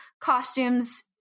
costumes